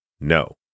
No